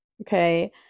okay